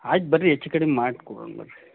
ಆಯ್ತು ಬರ್ರಿ ಹೆಚ್ ಕಡ್ಮೆ ಮಾಡಿ ಕೊಡೋಣ್ ಬರ್ರಿ